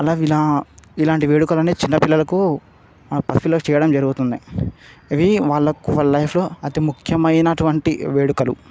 అలాగ ఇలా ఇలాంటి వేడుకలు అనేవి చిన్నపిల్లలకు పసిపిల్లలకి చేయడం జరుగుతుంది ఇది వాళ్ళ వాళ్ళ లైఫ్లో అతి ముఖ్యమైనటువంటి వేడుకలు